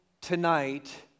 tonight